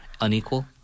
unequal